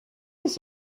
das